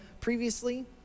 previously